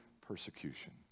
persecution